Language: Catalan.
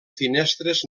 finestres